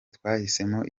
twahisemo